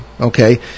okay